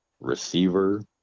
receiver